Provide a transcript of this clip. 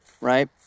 Right